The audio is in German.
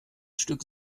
stück